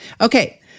Okay